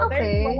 Okay